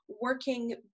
working